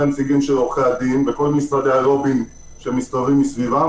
הנציגים של עורכי הדין וכל משרדי הלובינג שמסתובבים סביבם,